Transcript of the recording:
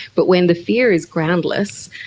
but when the fear is groundless,